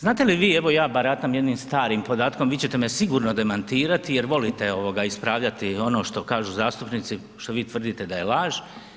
Znate li vi evo ja baratam jednim podatkom, vi ćete me sigurno demantirati jer volite ovoga ispravljati ono što kažu zastupnici što vi tvrdite da je laž.